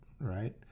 right